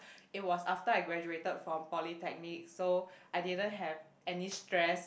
it was after I graduated from polytechnic so I didn't have any stress